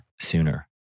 sooner